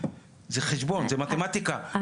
זה חשבון זה מתמטיקה,